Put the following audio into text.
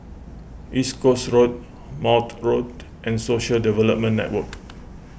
East Coast Road Maude Road and Social Development Network